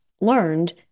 learned